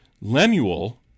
Lemuel